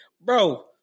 bro